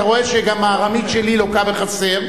אתה רואה שגם הארמית שלי לוקה בחסר,